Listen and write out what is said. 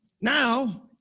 Now